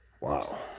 wow